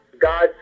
god